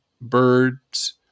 birds